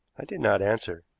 i did not answer,